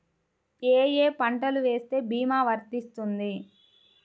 ఏ ఏ పంటలు వేస్తే భీమా వర్తిస్తుంది?